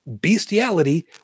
bestiality